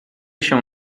się